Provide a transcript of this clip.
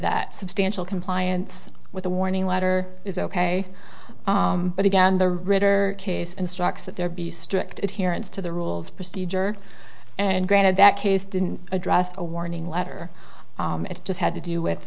that substantial compliance with a warning letter is ok but again the ritter case instructs that there be strict adherence to the rules procedure and granted that case didn't address a warning letter it just had to do with